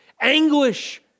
anguish